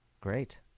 Great